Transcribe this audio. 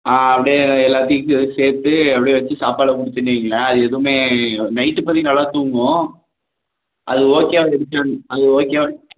அப்படியே எல்லாத்தையும் இட்லியோட சேர்த்து அப்படியே வச்சு சாப்பாடக் கொடுத்துட்டீங்களா அது எதுவுமே நைட்டு பார்த்தீங்கன்னா நல்லா தூங்கும் அது ஓகேவா இருந்துச்சுன்னா அது ஓகேவா